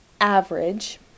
average